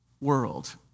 world